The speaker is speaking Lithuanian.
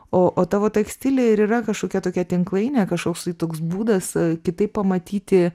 o tavo tekstilė ir yra kažkokia tokia tinklainė kažkoks tai toks būdas kitaip pamatyti